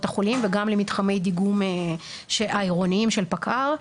החולים וגם למתחמי דיגום העירוניים של פקע"ר,